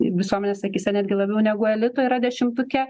visuomenės akyse netgi labiau negu elito yra dešimtuke